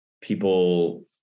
people